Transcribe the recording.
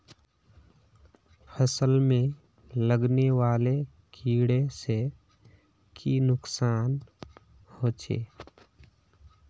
फसल में लगने वाले कीड़े से की नुकसान होचे?